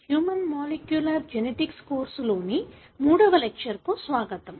human molecular genetics course లోని మూడవ lecture కు స్వాగతం